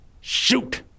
Shoot